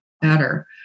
better